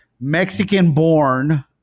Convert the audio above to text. Mexican-born